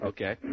Okay